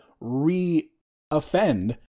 re-offend